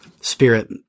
spirit